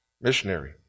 missionary